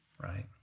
Right